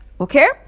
okay